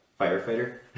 Firefighter